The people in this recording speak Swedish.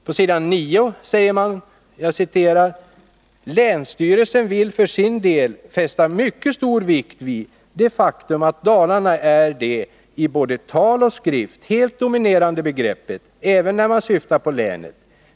På s.9 uttalas vidare: ”Länsstyrelsen vill för sin del fästa mycket stor vikt vid det faktum att Dalarna är det både i tal och skrift helt dominerande begreppet även när man syftar på länet.